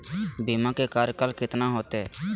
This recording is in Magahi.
बीमा के कार्यकाल कितना होते?